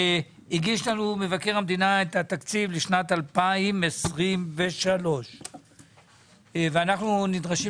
הגיש לנו מבקר המדינה את התקציב לשנת 2023 ואנחנו נדרשים